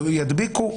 ידביקו,